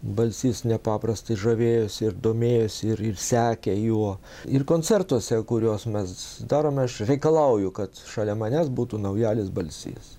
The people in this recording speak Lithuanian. balsys nepaprastai žavėjosi ir domėjosi ir ir sekė juo ir koncertuose kuriuos mes darome aš reikalauju kad šalia manęs būtų naujalis balsys